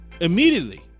Immediately